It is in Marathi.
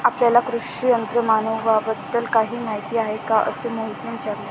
आपल्याला कृषी यंत्रमानवाबद्दल काही माहिती आहे का असे मोहितने विचारले?